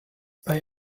bei